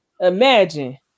Imagine